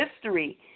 history